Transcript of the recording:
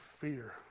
fear